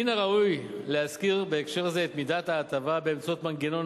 מן הראוי להזכיר בהקשר הזה שמידת ההטבה באמצעות מנגנון